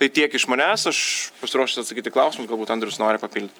tai tiek iš manęs aš pasiruošęs atsakyt į klausimus galbūt andrius nori papildyt